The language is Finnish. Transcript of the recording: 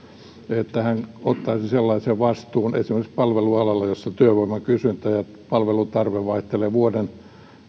että hän ottaisi sellaisen vastuun esimerkiksi palvelualalla jossa työvoiman kysyntä ja palvelun tarve vaihtelee vuoden